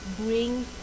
bring